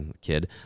kid